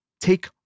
Take